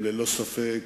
ללא ספק,